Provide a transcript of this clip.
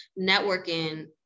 networking